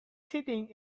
sitting